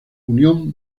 unión